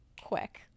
quick